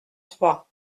trois